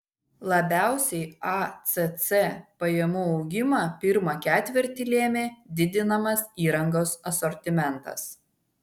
labiausiai acc pajamų augimą pirmą ketvirtį lėmė didinamas įrangos asortimentas